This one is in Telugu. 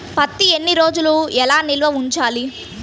పత్తి ఎన్ని రోజులు ఎలా నిల్వ ఉంచాలి?